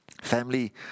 Family